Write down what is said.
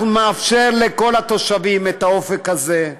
אנחנו נאפשר לכל התושבים את האופק הזה.